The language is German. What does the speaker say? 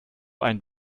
einen